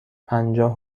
پجاه